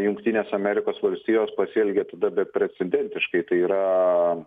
jungtinės amerikos valstijos pasielgė tada beprecedentiškai tai yra